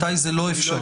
מתי זה לא אפשרי.